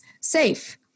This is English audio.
safe